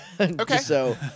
Okay